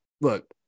look